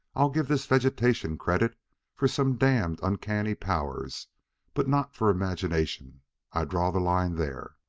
i'll give this vegetation credit for some damned uncanny powers but not for imagination i draw the line there.